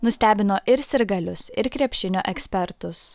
nustebino ir sirgalius ir krepšinio ekspertus